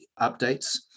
updates